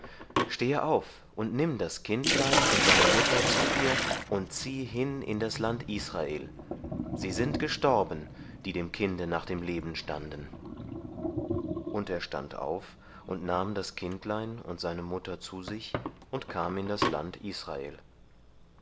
stehe auf und nimm das kindlein und seine mutter zu dir und zieh hin in das land israel sie sind gestorben die dem kinde nach dem leben standen und er stand auf und nahm das kindlein und sein mutter zu sich und kam in das land israel